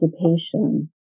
occupation